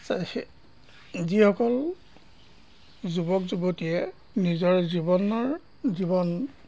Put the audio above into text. যিসকল যুৱক যুৱতীয়ে নিজৰ জীৱনৰ জীৱন